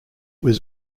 was